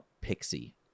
pixie